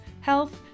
health